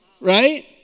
Right